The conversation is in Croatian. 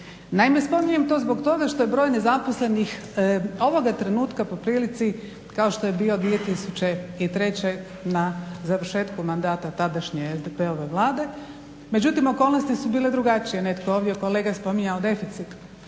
Naime, spominjem to zbog toga što je broj nezaposlenih ovoga trenutka poprilici kao što je bio 2003.na završetku mandata tadašnje SDP-ove vlade, međutim okolnosti su bile drugačije. Netko je ovdje od kolega spominjao deficit,